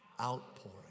outpouring